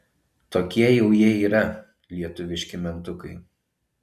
tokie jau jie yra lietuviški mentukai